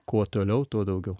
kuo toliau tuo daugiau